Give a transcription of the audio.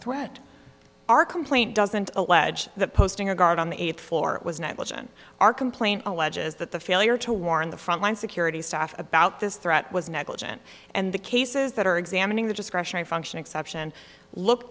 threat to our complaint doesn't allege that posting a guard on the eighth floor was negligent our complaint alleges that the failure to warn the frontline security staff about this threat was negligent and the cases that are examining the discretionary function exception look